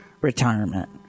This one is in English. retirement